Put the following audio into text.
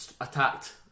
attacked